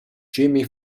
jimmy